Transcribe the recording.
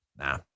Nah